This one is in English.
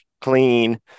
clean